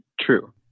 True